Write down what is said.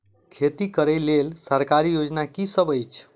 खेती करै लेल सरकारी योजना की सब अछि?